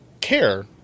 care